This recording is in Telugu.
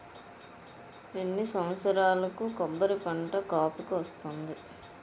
ఎన్ని సంవత్సరాలకు కొబ్బరి పంట కాపుకి వస్తుంది?